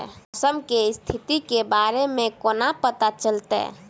मौसम केँ स्थिति केँ बारे मे कोना पत्ता चलितै?